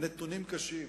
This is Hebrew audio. הנתונים קשים.